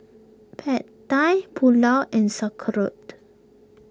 Pad Thai Pulao and Sauerkraut